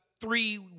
three